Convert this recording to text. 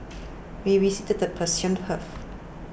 we visited the Persian Gulf